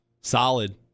Solid